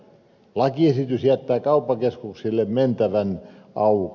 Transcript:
laki jättää kauppakeskuksille mentävän aukon